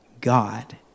God